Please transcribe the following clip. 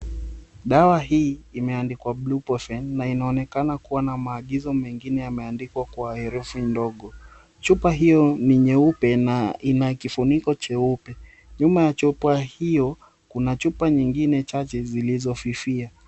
Dawa hii imeandikwa Ibuprofen, inaonekana kuwa na maagizo mengine yameandikwa kwa herufi ndogo. Chupa hiyo ni nyeupe na ina kifuniko cheupe. Nyuma ya chupa hiyo, kuna chupa nyingine chache zilizofifia.